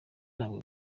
ntabwo